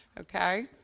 Okay